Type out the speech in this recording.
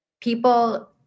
people